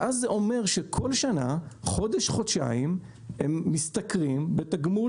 זה אומר שכל שנה במשך חודש-חודשיים הם משתכרים בתגמול